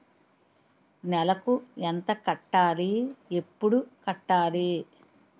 నెలకు ఎంత కట్టాలి? ఎప్పుడు కట్టాలి?